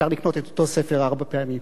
אפשר לקנות את אותו ספר ארבע פעמים?